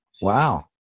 Wow